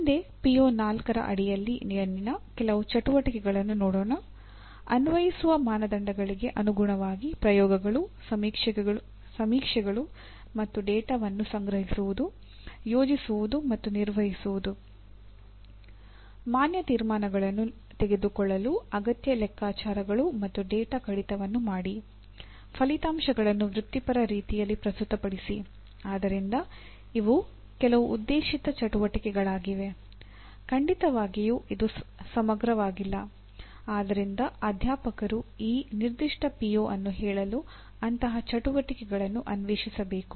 ಮುಂದೆ ಪಿಒ4 ಅನ್ನು ಹೇಳಲು ಅಂತಹ ಚಟುವಟಿಕೆಗಳನ್ನು ಅನ್ವೇಷಿಸಬೇಕು